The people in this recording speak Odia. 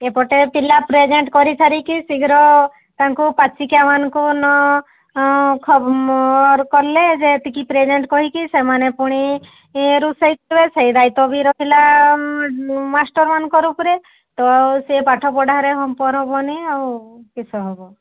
ଏପଟେ ପିଲା ପ୍ରେଜେଣ୍ଟ୍ କରିସାରିକି ଶୀଘ୍ର ତାଙ୍କୁ ପାଚିକିଆ ମାନଙ୍କୁ ନ ଖବର କଲେ ଯେ ଏତିକି ପ୍ରେଜେଣ୍ଟ୍ କହିକି ସେମାନେ ପୁଣି ଇଏ ରୋଷେଇ କରିବେ ସେଇ ଦାୟିତ୍ୱ ବି ରହିଲା ମାଷ୍ଟର୍ମାନଙ୍କର ଉପରେ ତ ସେ ପାଠପଢ଼ାରେ ହାମ୍ପର୍ ହେବନି ଆଉ କିସ ହେବ